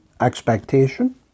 expectation